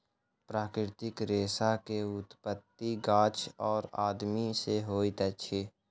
प्राकृतिक रेशा के उत्पत्ति गाछ और आदमी से होइत अछि